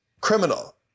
criminal